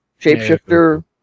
Shapeshifter